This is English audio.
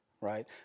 Right